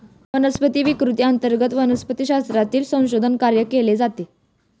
वनस्पती विकृती अंतर्गत वनस्पतिशास्त्रातील संशोधन कार्य केले जाते